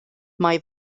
mae